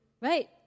Right